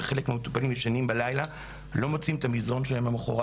וחלק מהמטופלים ישנים בלילה ולא מוצאים את המזרן שלהם למחרת.